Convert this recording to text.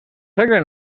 segle